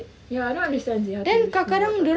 ya I don't understand seh how to use semua tak tahu